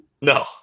No